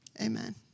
Amen